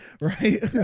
right